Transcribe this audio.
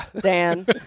Dan